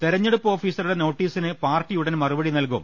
തെരഞ്ഞെടുപ്പ് ഓഫീസറുടെ നോട്ടീസിന് പാർട്ടി ഉടൻ മറുപടി നൽകും